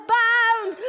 bound